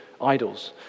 idols